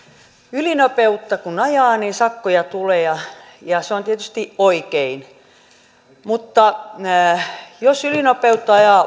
ylinopeutta kun ajaa niin sakkoja tulee ja ja se on tietysti oikein mutta jos ylinopeutta ajaa